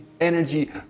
energy